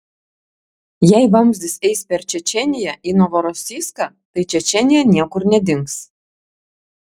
jei vamzdis eis per čečėniją į novorosijską tai čečėnija niekur nedings